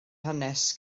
hanes